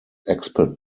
expertise